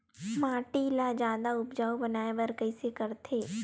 माटी ला जादा उपजाऊ बनाय बर कइसे करथे?